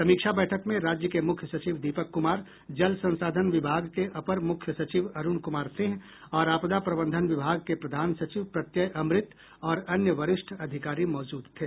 समीक्षा बैठक में राज्य के मुख्य सचिव दीपक कुमार जल संसाधन विभाग के अपर मुख्य सचिव अरूण कुमार सिंह और आपदा प्रबंधन विभाग के प्रधान सचिव प्रत्यय अमृत और अन्य वरिष्ठ अधिकारी मौजूद थे